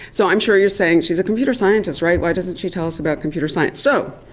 so i'm sure you're saying she is a computer scientist, right, why doesn't she tell us about computer science? so,